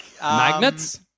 Magnets